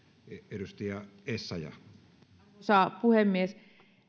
arvoisa puhemies